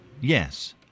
Yes